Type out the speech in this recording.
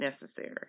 necessary